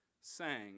sang